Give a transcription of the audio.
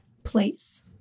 place